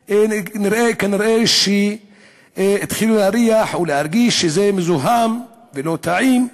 כנראה התחילו להריח או להרגיש שזה מזוהם ולא טעים.